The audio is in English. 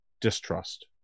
distrust